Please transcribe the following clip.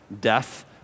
death